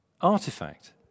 artifact